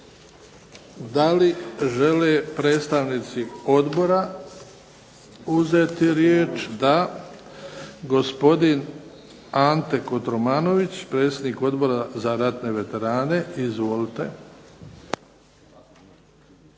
DA li žele predstavnici Odbora uzeti riječ? DA Gospodin Ante Kotromanović, predsjednik Odbora za ratne veterane. Izvolite.